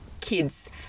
kids